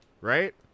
right